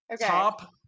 Top